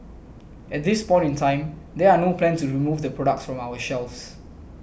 at this point in time there are no plans remove the products from our shelves